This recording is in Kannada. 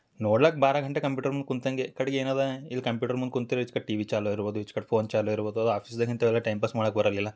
ನೋಡ್ಲಿಕ್ ಬಾರ ಗಂಟೆ ಕಂಪ್ಯೂಟರ್ ಮುಂದೆ ಕುಳ್ತಂಗೆ ಕಡೆಗ್ ಏನಿದೆ ಇಲ್ಲಿ ಕಂಪ್ಯೂಟ್ರ್ ಮುಂದೆ ಕುಂತಿರೆ ಈಚೆ ಕಡೆ ಟಿ ವಿ ಚಾಲು ಇರ್ಬೋದು ಈಚೆ ಕಡೆ ಫೋನ್ ಚಾಲು ಇರ್ಬೋದು ಅದು ಆಫೀಸ್ದಾಗೆ ಇಂಥವೆಲ್ಲ ಟೈಮ್ ಪಾಸ್ ಮಾಡೋಕ್ ಬರಲಿಲ್ಲ